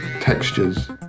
textures